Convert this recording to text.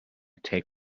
take